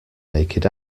naked